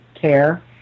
care